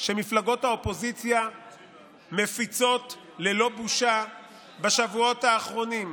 שמפלגות האופוזיציה מפיצות ללא בושה בשבועות האחרונים.